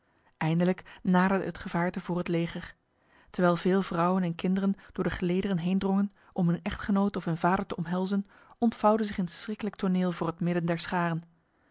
eindelijk naderde het gevaarte voor het leger terwijl veel vrouwen en kinderen door de gelederen heendrongen om hun echtgenoot of hun vader te omhelzen ontvouwde zich een schriklijk toneel voor het midden der scharen